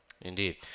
Indeed